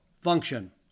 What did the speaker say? function